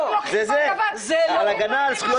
זה מה שכתוב